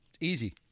Easy